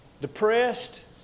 Depressed